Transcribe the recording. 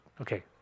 Okay